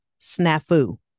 snafu